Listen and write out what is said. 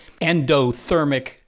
endothermic